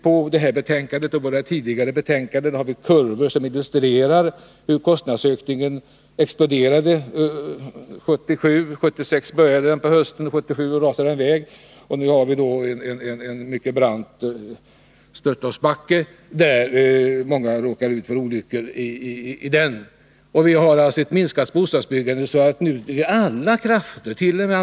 I detta betänkande och i våra tidigare betänkanden finns det kurvor som illustrerar hur kostnadsökningen exploderade. Det började på hösten 1976 och rusade i väg under 1977. Nu har vi en mycket brant störtloppsbacke, där många råkar ut för olyckor. Bostadsbyggandet har alltså minskat, och nu kräver alla krafter —t.o.m.